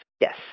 Yes